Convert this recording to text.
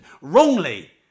wrongly